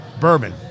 bourbon